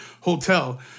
hotel